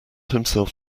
himself